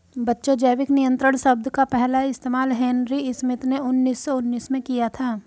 बच्चों जैविक नियंत्रण शब्द का पहला इस्तेमाल हेनरी स्मिथ ने उन्नीस सौ उन्नीस में किया था